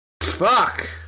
Fuck